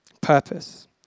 purpose